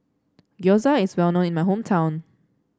gyoza is well known in my hometown